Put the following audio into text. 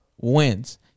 wins